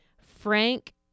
Frank